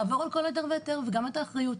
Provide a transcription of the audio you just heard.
לעבור על כל היתר והיתר וגם את האחריות.